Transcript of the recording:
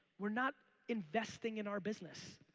we're not investing in our business.